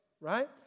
right